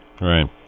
Right